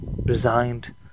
resigned